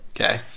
okay